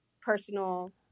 personal